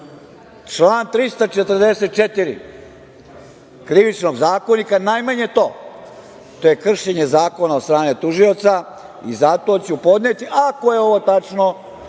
član 344. Krivičnog zakonika, najmanje to. To je kršenje zakona od strane tužioca i zato ću podneti, ako je ovo tačno,